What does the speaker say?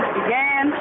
began